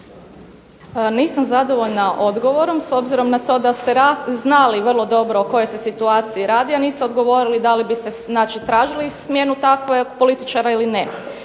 Nisam zadovoljna odgovorom, s obzirom na to da ste znali vrlo dobro o kojoj se situaciji radi, a niste odgovorili da li biste znači tražili smjenu takvog političara ili ne.